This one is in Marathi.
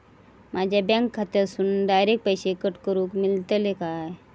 माझ्या बँक खात्यासून डायरेक्ट पैसे कट करूक मेलतले काय?